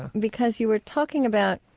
because you were talking about,